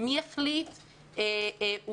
מי החליט ומדוע?